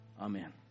amen